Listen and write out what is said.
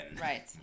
right